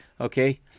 okay